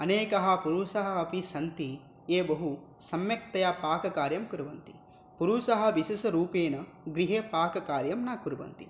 अनेके पुरुषाः अपि सन्ति ये बहुसम्यक्तया पाककार्यं कुर्वन्ति पुरुषाः विशेषरूपेण गृहे पाककार्यं न कुर्वन्ति